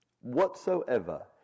whatsoever